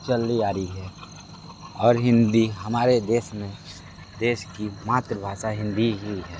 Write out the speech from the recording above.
चली आ रही है और हिंदी हमारे देश में देश की मातृभाषा हिंदी ही है